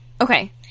Okay